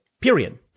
period